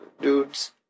Dudes